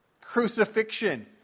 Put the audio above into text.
crucifixion